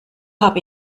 habe